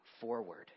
forward